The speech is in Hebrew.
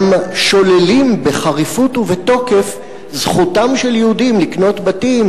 שוללים בחריפות ובתוקף את זכותם של יהודים לקנות בתים